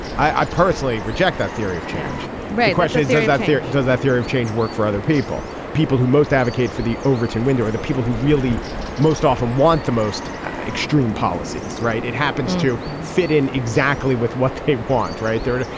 i personally reject that theory of change right. question is there is that there. does that theory of change work for other people. people who most advocate for the overton window are the people who really most often want the most extreme policies right. it happens to fit in exactly with what they want right there.